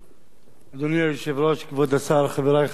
אדוני היושב-ראש, כבוד השר, חברי חברי הכנסת,